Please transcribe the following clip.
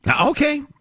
Okay